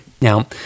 Now